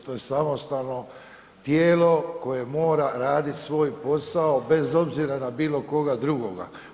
To je samostalno tijelo koje mora raditi svoj posao bez obzira na bilo koga drugoga.